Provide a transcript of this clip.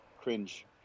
cringe